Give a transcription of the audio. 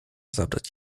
zabrać